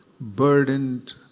burdened